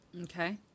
okay